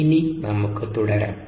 ഇനി നമുക്ക് തുടരാം